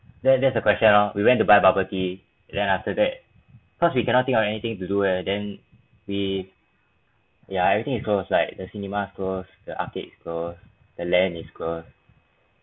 then there's the question lor we went to buy bubble tea then after that cause we cannot think of anything to do eh then we ya everything is closed like the cinema closed the arcade closed the LAN is closed